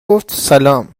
گفتسلام